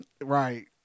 right